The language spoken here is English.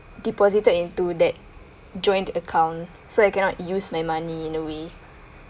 deposited into that joint account so I cannot use my money in a way